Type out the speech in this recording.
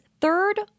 third